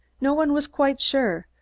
no one was quite sure,